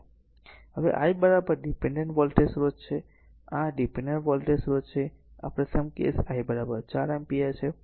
તેથી જ્યારે I આ r ડીપેનડેન્ટ વોલ્ટેજ સ્રોત છે આ ડીપેનડેન્ટ વોલ્ટેજ સ્રોત છે અને પ્રથમ કેસ I 4 એમ્પીયર છે